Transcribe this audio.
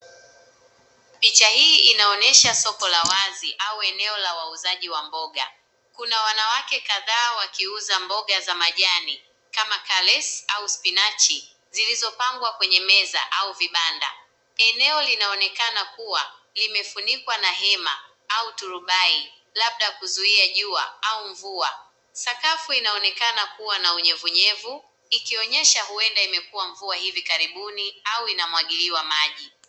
Picha hii inaonyesha soko la wazi au eneo la wauzaji wa mboga. Kuna wanawake kadhaa wakiuza mboga za majani kama kales au spinach , zilizopangwa kwenye meza au vibanda. Eneo linaonekana kuwa limefunikwa na hema au turubai, labda kuzuia jua au mvua. Sakafu inaonekana kuwa na unyevunyevu ikionyesha huenda imekuwa mvua hivi karibuni au inamwagiliwa maji.